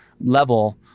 level